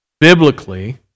biblically